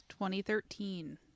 2013